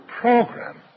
program